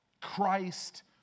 Christ